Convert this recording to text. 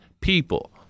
people